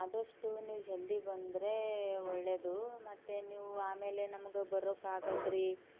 ಆದಷ್ಟು ನೀವು ಜಲ್ದಿ ಬಂದರೆ ಒಳ್ಳೇದು ಮತ್ತು ನೀವು ಆಮೇಲೆ ನಮ್ಗೆ ಬರೋಕೆ ಆಗ್ದಿದ್ರೆ